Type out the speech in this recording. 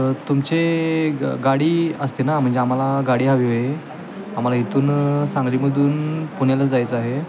तुमचे ग गाडी असते ना म्हणजे आम्हाला गाडी हवी आहे आम्हाला इथून सांगलीमधून पुण्यालाच जायचं आहे